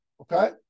okay